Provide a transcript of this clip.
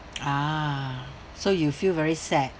ah so you feel very sad